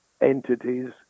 entities